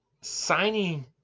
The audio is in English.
signing